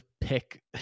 pick